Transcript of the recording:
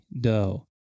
dough